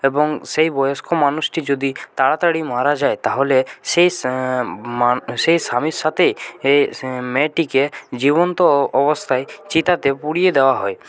এবং সেই বয়স্ক মানুষটি যদি তাড়াতাড়ি মারা যায় তাহলে সেই সেই স্বামীর সাথে মেয়েটিকে জীবন্ত অবস্থায় চিতাতে পুড়িয়ে দেওয়া হয়